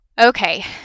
Okay